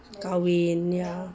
kahwin ya